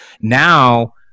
Now